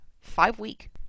five-week